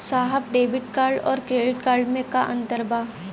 साहब debit card और credit card में का अंतर बा?